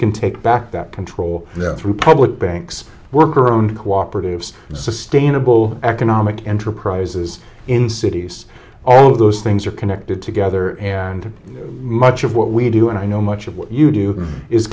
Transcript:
can take back that control through public banks work around cooperatives sustainable economic enterprises in cities all of those things are connected together and much of what we do and i know much of what you do is